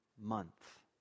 month